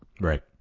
Right